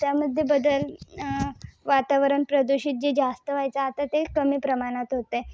त्यामध्ये बदल वातावरण प्रदूषित जे जास्त व्हायचे आता ते कमी प्रमाणात होत आहे